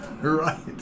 Right